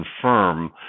confirm